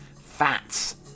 fats